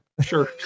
sure